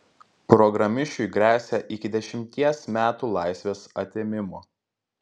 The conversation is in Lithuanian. programišiui gresia iki dešimties metų laisvės atėmimo